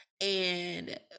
and-